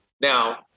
Now